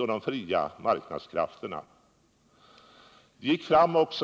av de fria marknadskrafterna.